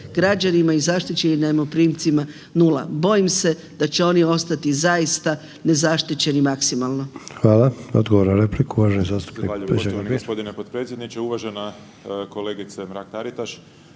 građanima i zaštićenim najmoprimcima 0. Bojim se da će oni ostati zaista nezaštićeni maksimalno.